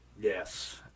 Yes